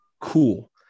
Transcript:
Cool